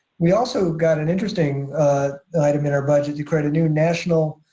we also got an interesting item in our budget to create a new national